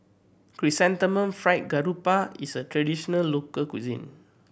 Chrysanthemum Fried Garoupa is a traditional local cuisine